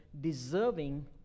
deserving